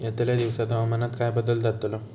यतल्या दिवसात हवामानात काय बदल जातलो?